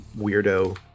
weirdo